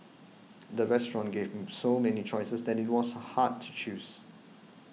the restaurant gave so many choices that it was hard to choose